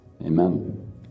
amen